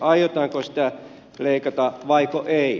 aiotaanko sitä leikata vaiko ei